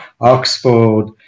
Oxford